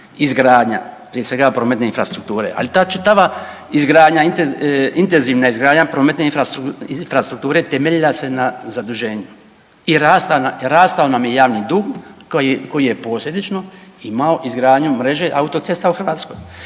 izgradnja prije svega prometne infrastrukture. Ali ta čitava izgradnja intenzivna izgradnja prometne infrastrukture temeljila se na zaduženju i rastao nam je javni dug koji je posljedično imao izgradnju mreže autocesta u Hrvatskoj.